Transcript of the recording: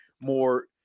more